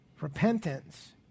repentance